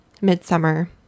midsummer